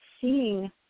seeing